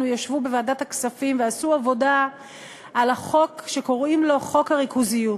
ישבו בוועדת הכספים ועשו עבודה על החוק שקוראים לו חוק הריכוזיות.